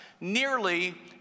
nearly